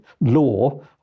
law